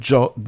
Joe